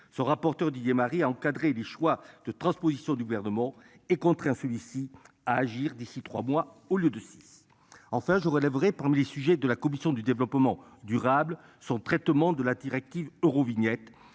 son rapporteur Didier Marie à encadrer les choix de transposition du gouvernement est contraint celui-ci à agir d'ici 3 mois au lieu de 6. Enfin je voudrais vraie parmi les sujets de la commission du développement durable. Son traitement de la directive Eurovignette